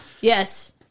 yes